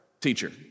teacher